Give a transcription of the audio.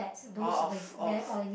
oh of of